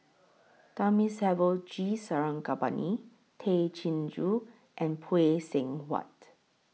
Thamizhavel G Sarangapani Tay Chin Joo and Phay Seng Whatt